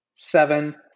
Seven